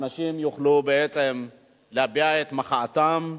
האנשים יכלו להביע את מחאתם,